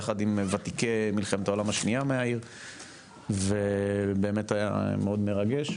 יחד עם וותיקי מלחמת העולם השנייה מהעיר ובאמת היה מאוד מרגש.